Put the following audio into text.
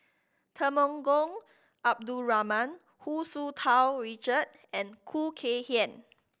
Temenggong Abdul Rahman Hu Tsu Tau Richard and Khoo Kay Hian